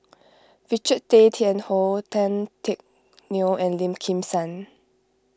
Richard Tay Tian Hoe Tan Teck Neo and Lim Kim San